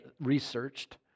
researched